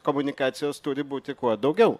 komunikacijos turi būti kuo daugiau